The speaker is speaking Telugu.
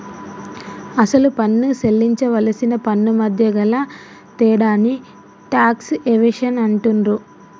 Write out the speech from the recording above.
అసలు పన్ను సేల్లించవలసిన పన్నుమధ్య గల తేడాని టాక్స్ ఎవేషన్ అంటుండ్రు